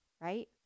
right